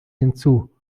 hinzu